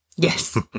Yes